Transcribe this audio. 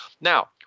Now